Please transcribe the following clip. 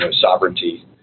sovereignty